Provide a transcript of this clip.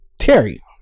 Terry